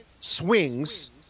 swings